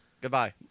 Goodbye